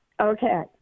Okay